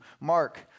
Mark